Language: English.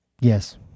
Yes